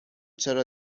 چرا